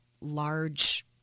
large